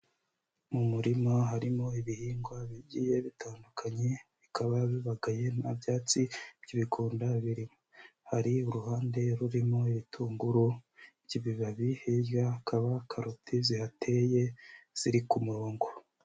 Mu murima harimo ibihingwa bigiye bitandukanye bikaba bibagaye nta byatsi by'ibikonda birimo, hari uruhande rurimo ibitunguru by'ibibabi hirya hakaba karoti zihateye ziri ku murongo.